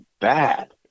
bad